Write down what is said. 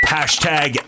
Hashtag